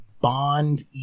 bond